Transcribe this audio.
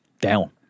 down